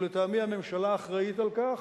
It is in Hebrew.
ולטעמי הממשלה אחראית לכך,